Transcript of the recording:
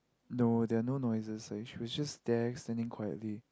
no there are no noises like she was just there standing quietly